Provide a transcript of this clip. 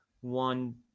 one